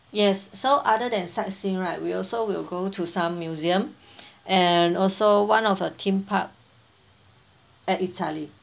yes so other than sightseeing right we also will go to some museum and also one of a theme park at italy